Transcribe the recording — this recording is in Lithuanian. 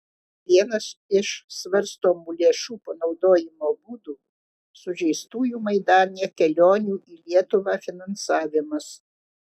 vienas iš svarstomų lėšų panaudojimo būdų sužeistųjų maidane kelionių į lietuvą finansavimas